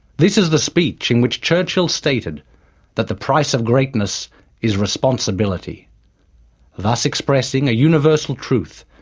this is the speech in which churchill stated that the price of greatness is responsibility thus expressing a universal truth,